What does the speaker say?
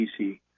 PC